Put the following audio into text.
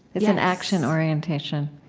it's an action orientation